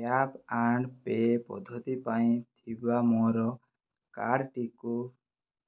tap and pay' ପଦ୍ଧତି ପାଇଁ ଥିବା ମୋର କାର୍ଡ଼ଟିକୁ